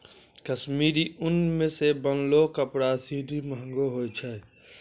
कश्मीरी उन सें बनलो कपड़ा सिनी महंगो होय छै